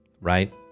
right